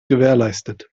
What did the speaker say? gewährleistet